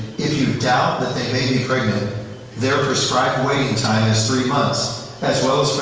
if you doubt that they may be pregnant they're prescribed waiting time is three months as well so